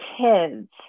kids